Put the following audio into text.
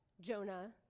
Jonah